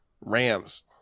Rams